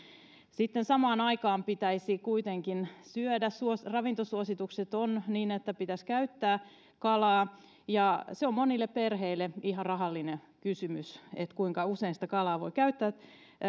sitten samaan aikaan sitä pitäisi kuitenkin syödä ravintosuositukset ovat että pitäisi käyttää kalaa on monille perheille ihan rahallinen kysymys kuinka usein kalaa voi käyttää